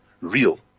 real